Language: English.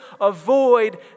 avoid